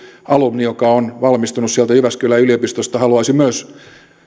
alumni joka on valmistunut sieltä jyväskylän yliopistosta haluaisi myös